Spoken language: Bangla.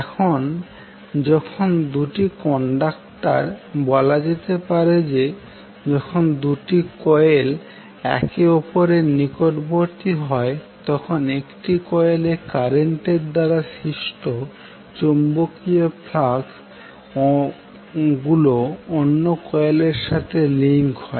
এখন যখন দুটি কন্ডাক্টর বা বলা যেতে পারে যে যখন দুটি কয়েল একে অপরের নিকটবর্তী হয় তখন একটি কয়েলে কারেন্টের দ্বারা সৃষ্ট চৌম্বকীয় ফ্লাক্স গুলো অন্য কয়েলের সাথে লিংক হয়